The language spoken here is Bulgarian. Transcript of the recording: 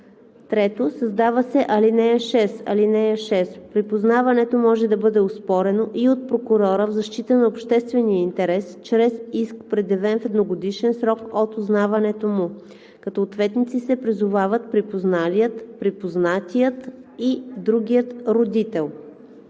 3. Създава се ал. 6: „(6) Припознаването може да бъде оспорено и от прокурора в защита на обществения интерес чрез иск, предявен в едногодишен срок от узнаването му. Като ответници се призовават припозналият, припознатият и другият родител.“